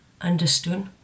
understood